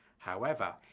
however,